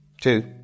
two